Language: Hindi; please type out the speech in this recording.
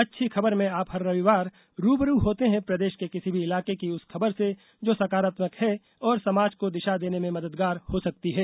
अच्छी खबर में आप हर रविवार रू ब रू होते हैं प्रदेश के किसी भी इलाके की उस खबर से जो सकारात्मक है और समाज को दिशा देने में मददगार हो सकती है